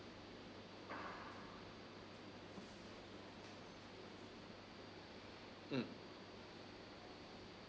mm